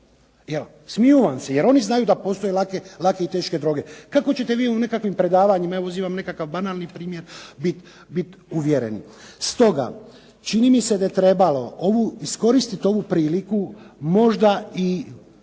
smiju jer oni znaju da postoje lake i teške droge. Kako ćete vi u nekakvim predavanjima, evo uzimam nekakav banalni primjer biti uvjeren. Stoga čini mi se da je trebalo iskoristiti ovu priliku možda i još